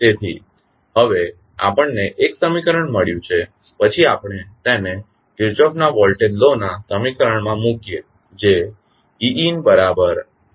તેથી હવે આપણને 1 સમીકરણ મળ્યું છે પછી આપણે તેને કિર્ચોફના વોલ્ટેજ લૉ ના સમીકરણમાં મૂકીએ જે eintRCe0te0 છે